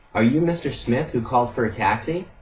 are you mr. smith who called for a taxi?